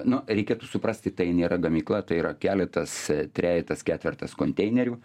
nu reikėtų suprasti tai nėra gamykla tai yra keletas trejetas ketvertas konteinerių